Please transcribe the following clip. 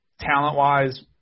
talent-wise